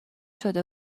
شده